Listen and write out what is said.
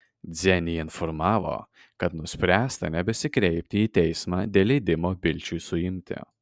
dzenį informavo kad nuspręsta nebesikreipti į teismą dėl leidimo bilčiui suimti